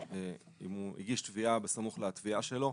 אם הוא הגיש תביעה בסמוך לפציעה שלו,